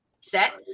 set